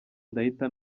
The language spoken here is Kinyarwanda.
ndahita